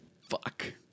Fuck